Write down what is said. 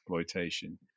exploitation